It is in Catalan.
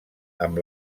amb